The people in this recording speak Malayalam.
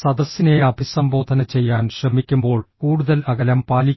സദസിനെ അഭിസംബോധന ചെയ്യാൻ ശ്രമിക്കുമ്പോൾ കൂടുതൽ അകലം പാലിക്കുന്നു